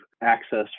access